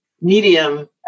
medium